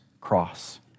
cross